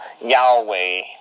Yahweh